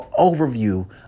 overview